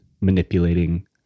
manipulating